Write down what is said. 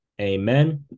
Amen